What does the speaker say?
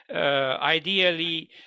Ideally